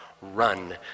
run